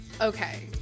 Okay